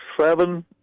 seven